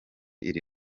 iri